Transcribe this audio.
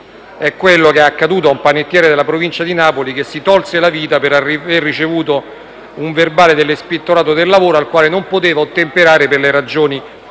è quello accaduto a un panettiere della Provincia di Napoli, che si tolse la vita per aver ricevuto un verbale dell'ispettorato del lavoro al quale non poteva ottemperare per le ragioni che